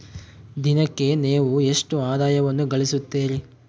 ದಿನಕ್ಕೆ ನೇವು ಎಷ್ಟು ಆದಾಯವನ್ನು ಗಳಿಸುತ್ತೇರಿ?